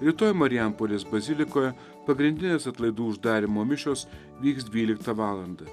rytoj marijampolės bazilikoje pagrindinės atlaidų uždarymo mišios vyks dvyliktą valandą